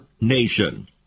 nation